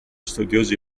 studiosi